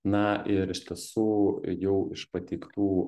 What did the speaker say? na ir iš tiesų jau iš pateiktų